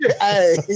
Hey